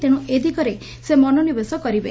ତେଣ୍ର ଏ ଦିଗରେ ସେ ମନୋନିବେଶ କରିବେ